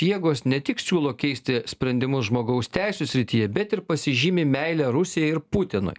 jėgos ne tik siūlo keisti sprendimus žmogaus teisių srityje bet ir pasižymi meile rusijai ir putinui